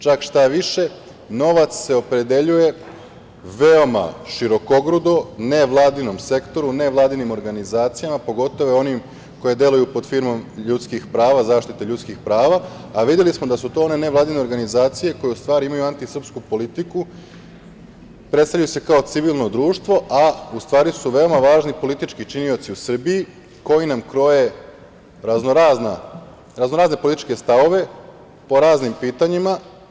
Čak, šta više, novac se opredeljuje veoma širokogrudo, nevladinom sektoru, nevladinim organizacijama, pogotovo onim koje deluju pod firmom ljudskih prava, zaštite ljudskih prava, a videli smo da su to one nevladine organizacije koje u stvari imaju antisrpsku politiku, predstavljaju se kao civilno društvo, a u stvari su veoma važni politički činioci u Srbiji koji nam kroje raznorazne političke stavove po raznim pitanjima.